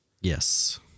Yes